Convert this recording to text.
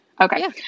Okay